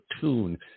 tune